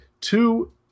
Two